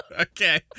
Okay